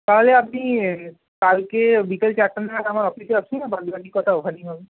তাহলে আপনি কালকে বিকেল চারটে নাগাদ আমার অফিসে আসুন আর বাদবাকি কথা ওখানেই হবে